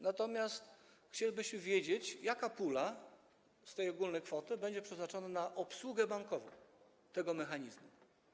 Natomiast chcielibyśmy wiedzieć, jaka pula z tej ogólnej kwoty będzie przeznaczona dla banku na obsługę tego mechanizmu.